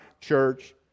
church